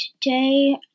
today